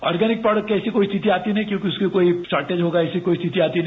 organic product की कोई ऐसी स्थिति आती नहीं क्योंकि उसकी कोई शॉटेज होगा इसकी कोई स्थिति आती नहीं